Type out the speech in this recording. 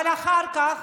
אבל אחר כך,